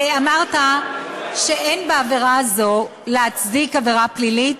אמרת שאין בעבירה הזו להצדיק עבירה פלילית.